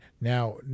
Now